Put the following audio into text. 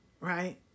Right